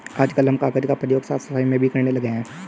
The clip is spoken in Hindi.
आजकल हम कागज का प्रयोग साफ सफाई में भी करने लगे हैं